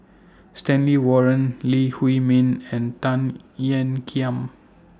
Stanley Warren Lee Huei Min and Tan Ean Kiam